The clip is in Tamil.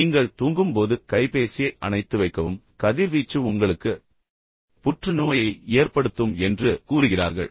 நீங்கள் தூங்கும் போது கைபேசியை அணைத்து வைக்கவும் கதிர்வீச்சு உங்களுக்கு புற்றுநோயை ஏற்படுத்தும் என்று கூறுகிறார்கள்